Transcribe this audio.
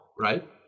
right